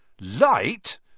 Light